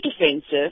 defensive